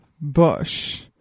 Bush